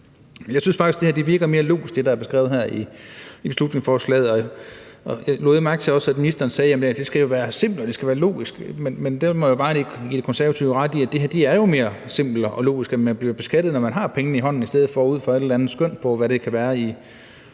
Jeg synes faktisk, at det, der er beskrevet her i beslutningsforslaget, lyder mere logisk, og jeg lagde mærke til, at ministeren også sagde, at det jo skal være simpelt og skal være logisk. Men der må jeg bare give De Konservative ret i, at det jo er mere simpelt og logisk, at man bliver beskattet, når man har pengene i hånden, i stedet for ud fra et eller andet skøn af, hvad det kan være i